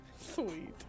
Sweet